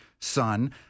son